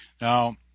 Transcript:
Now